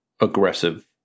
aggressive